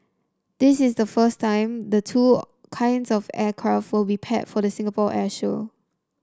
this is the first time the two kinds of aircraft will be paired for the Singapore air show